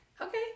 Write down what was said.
Okay